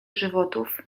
żywotów